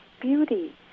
beauty